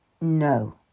no